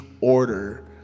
order